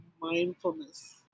mindfulness